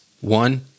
One